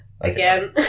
Again